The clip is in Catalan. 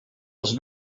els